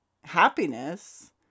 Happiness